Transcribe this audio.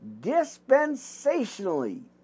dispensationally